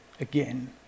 Again